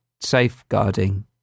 safeguarding